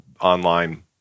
online